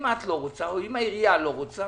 אם את או העירייה לא רוצה